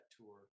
tour